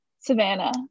Savannah